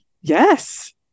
yes